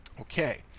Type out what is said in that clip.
Okay